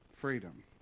freedom